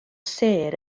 sêr